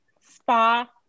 spa